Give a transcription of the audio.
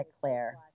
Claire